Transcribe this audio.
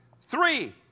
Three